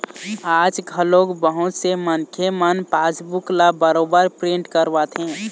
आज घलोक बहुत से मनखे मन पासबूक ल बरोबर प्रिंट करवाथे